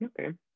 Okay